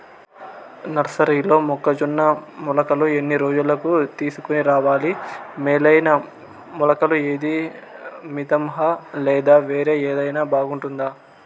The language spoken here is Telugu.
నర్సరీలో మొక్కజొన్న మొలకలు ఎన్ని రోజులకు తీసుకొని రావాలి మేలైన మొలకలు ఏదీ? మితంహ లేదా వేరే ఏదైనా బాగుంటుందా?